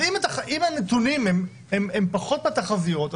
אם הנתונים הם פחות מהתחזיות,